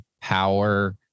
power